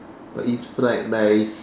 but it's fried rice